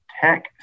tech